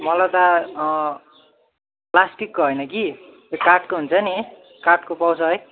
मलाई त प्लास्टिकको होइन कि त्यो काठको हुन्छ नि काठको पाउँछ है